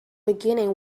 beginning